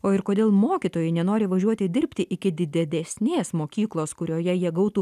o ir kodėl mokytojai nenori važiuoti dirbti iki didedesnės mokyklos kurioje jie gautų